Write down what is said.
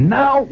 now